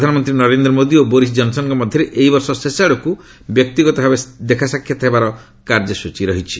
ପ୍ରଧାନମନ୍ତ୍ରୀ ନରେନ୍ଦ୍ର ମୋଦୀ ଓ ବୋରିଶ ଜନ୍ସନ୍ଙ୍କ ମଧ୍ୟରେ ଏହିବର୍ଷ ଶେଷ ଆଡ଼କୁ ବ୍ୟକ୍ତିଗତ ଭାବେ ଦେଖାସାକ୍ଷାତ ହେବାର କାର୍ଯ୍ୟସ୍ରଚୀ ରହିଛି